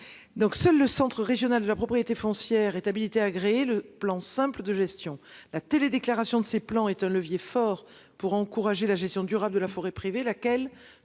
Donc seul le Centre régional de la propriété foncière est habilité le plan Simple de gestion la télé-déclaration de ces plans est un levier fort pour encourager la gestion durable de la forêt privée, laquelle